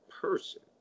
person